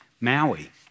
Maui